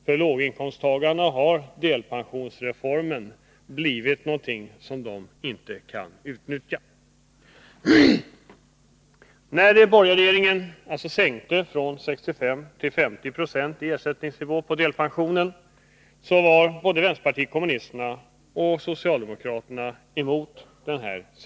För låginkomsttagarna har delpensionsreformen blivit någonting som de inte kan utnyttja. När den borgerliga regeringen sänkte delpensionsersättningen från 65 till 50 90 var både vänsterpartiet kommunisterna och socialdemokraterna emot detta.